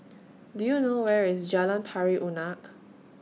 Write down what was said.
Do YOU know Where IS Jalan Pari Unak